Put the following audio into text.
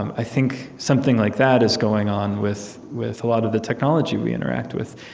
i think something like that is going on with with a lot of the technology we interact with.